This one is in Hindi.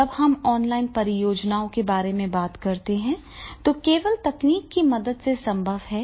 जब हम ऑनलाइन परियोजनाओं के बारे में बात करते हैं जो केवल तकनीक की मदद से संभव है